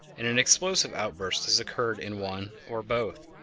and an explosive outburst has occured in one or both.